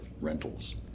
rentals